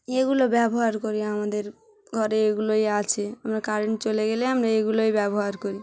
এগুলো ব্যবহার করি আমাদের ঘরে এগুলোই আছে আমরা কারেন্ট চলে গেলে আমরা এগুলোই ব্যবহার করি